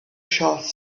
shots